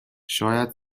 شاید